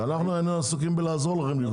ואנחנו היינו עסוקים במתן עזרה לכם בבנייה הזאת.